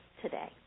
today